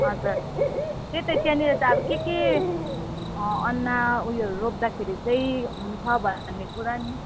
हजुर त्यही त त्यहाँनिर त अब के के अन्न ऊ योहरू रोप्दाखेरि चाहिँ हुन्छ भन्ने कुरा नि